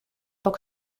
poc